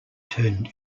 turned